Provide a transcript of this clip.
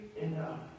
enough